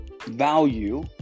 value